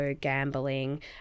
gambling